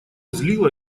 злило